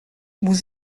vous